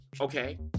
Okay